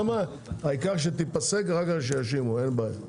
העיקר שתיפסק, אחר כך שיאשימו, אין בעיה.